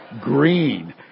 green